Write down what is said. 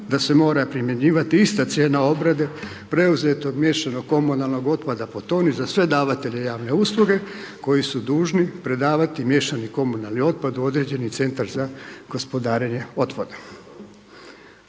da se mora primjenjivati ista cijena obrade preuzetog miješanog komunalnog otpada…/Govornik se ne razumije/…za sve davatelje javne usluge koji su dužni predavati miješani komunalni otpad u određeni CGO. Dakle, bitno je ovdje